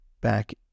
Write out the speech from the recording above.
back